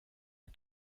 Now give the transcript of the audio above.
the